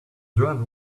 driver